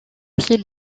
pris